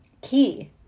key